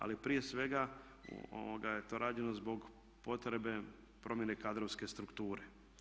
Ali prije svega je to rađeno zbog potrebe promjene kadrovske strukture.